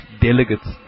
delegates